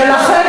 ולכן,